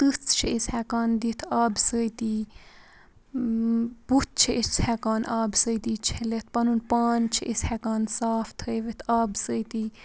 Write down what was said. تٕژھ چھِ أسۍ ہیٚکان دِتھ آب سۭتی بُتھ چھِ أسۍ ہیٚکان آبہٕ سۭتۍ چھلِتھ پَنُن پان چھِ أسۍ ہیٚکان صاف تھٲوِتھ آب سۭتی